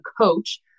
coach